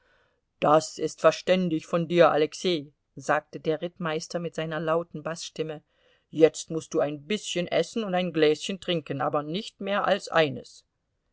das ist verständig von dir alexei sagte der rittmeister mit seiner lauten baßstimme jetzt mußt du ein bißchen essen und ein gläschen trinken aber nicht mehr als eines